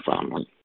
family